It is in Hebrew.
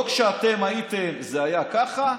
לא שכשאתם הייתם זה היה ככה,